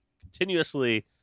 continuously